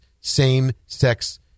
same-sex